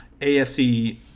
AFC